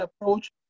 approach